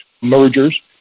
mergers